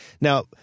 Now